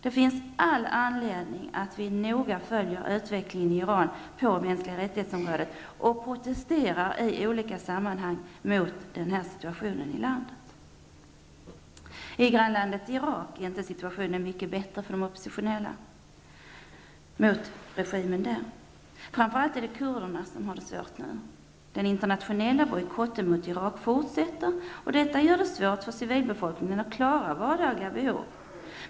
Det finns all anledning att vi noga följer utvecklingen i Iran på området för mänskliga rättigheter och protesterar i olika sammanhang mot situationen i landet. I grannlandet Irak är situationen inte mycket bättre för dem som är oppositionella mot regimen. Framför allt är det kurderna som har det svårt nu. Den internationella bojkotten mot Irak fortsätter, vilket gör det svårt för civilbefolkningen att klara de vardagliga behoven.